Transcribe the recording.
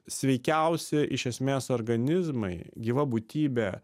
sveikiausi iš esmės organizmai gyva būtybė